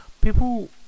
People